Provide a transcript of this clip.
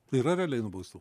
yra realiai nubaustų